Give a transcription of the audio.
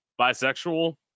bisexual